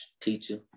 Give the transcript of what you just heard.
teacher